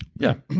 yeah.